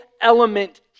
element